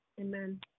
Amen